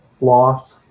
loss